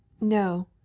No